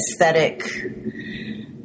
aesthetic